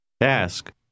Ask